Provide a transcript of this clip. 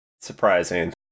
surprising